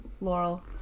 Laurel